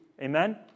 Amen